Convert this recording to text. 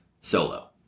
solo